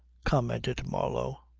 commented marlow,